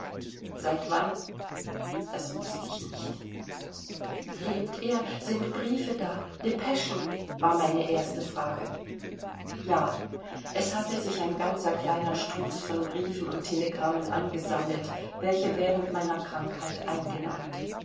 seit wann das wußt ich nicht lebt er sind briefe da depeschen war meine erste frage ja es hatte sich ein ganzer kleiner stoß von briefen und telegrammen angesammelt welche während meiner krankheit eingelangt